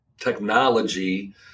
technology